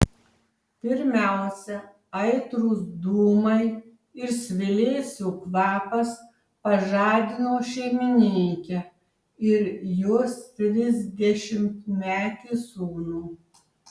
pirmiausia aitrūs dūmai ir svilėsių kvapas pažadino šeimininkę ir jos trisdešimtmetį sūnų